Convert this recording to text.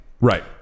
Right